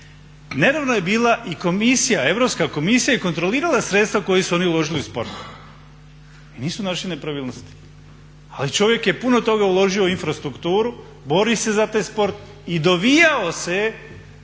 Nedavno je bila i Europska komisija i kontrolirala sredstva koja su oni uložili u sport i nisu našli nepravilnosti. Ali čovjek je puno toga uložio u infrastrukturu bori se za taj sport i dovijao se